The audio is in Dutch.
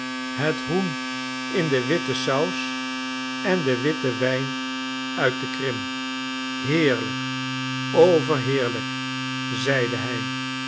het hoen in de witte sous en den witten wijn uit de krim heerlijk overheerlijk zeide hij